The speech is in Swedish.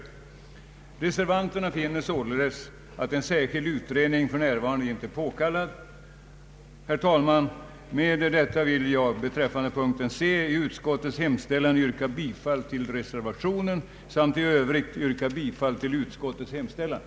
Reservanterna finner således att en särskild utredning för närvarande inte är påkallad. Herr talman! Med det anförda vill jag beträffande punkten C i utskottets hemställan yrka bifall till reservationen samt yrka bifall till utskottets hemställan i övrigt.